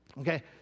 Okay